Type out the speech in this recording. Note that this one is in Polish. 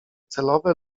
celowe